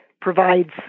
provides